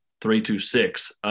three-two-six